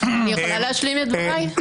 טריוויאלי השינויים ביניכם.